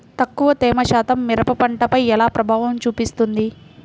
తక్కువ తేమ శాతం మిరప పంటపై ఎలా ప్రభావం చూపిస్తుంది?